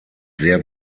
sehr